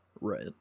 Right